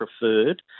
preferred